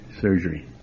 surgery